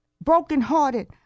brokenhearted